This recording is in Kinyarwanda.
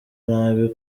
nabi